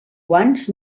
guants